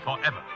forever